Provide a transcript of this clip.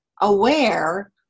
aware